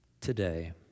today